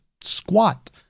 squat